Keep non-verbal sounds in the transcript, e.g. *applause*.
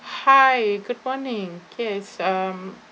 hi good morning yes um *noise*